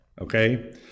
okay